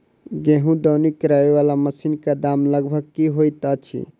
गेंहूँ दौनी करै वला मशीन कऽ दाम लगभग की होइत अछि?